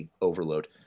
overload